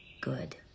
good